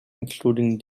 including